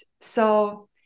so-